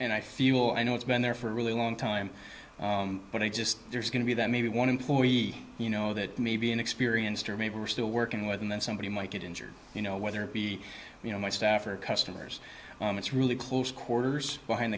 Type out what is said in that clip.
and i feel i know it's been there for a really long time but i just there's going to be that maybe one employee you know that may be inexperienced or maybe we're still working with and then somebody might get injured you know whether it be you know my staff or customers it's really close quarters behind